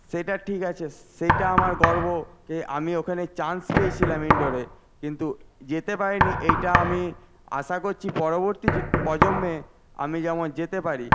সেটা ঠিক আছে সেটা আমার গর্ব আমি ওখানে চান্স পেয়েছিলাম ইনডোরে কিন্তু যেতে পারিনি এইটা আমি আশা করছি পরবর্তী প্রজন্মে আমি যেন যেতে পারি